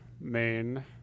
main